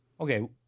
Okay